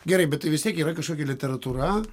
gerai bet tai vis tiek yra kažkokia literatūra